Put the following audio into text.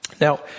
now